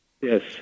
Yes